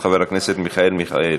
של חבר הכנסת מיכאל מיכאלי.